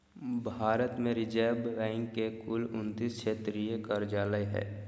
भारत में Reserve Bank के कुल उन्तीस क्षेत्रीय कार्यालय हइ